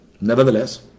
nevertheless